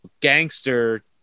gangster